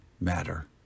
matter